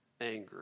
angry